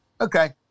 Okay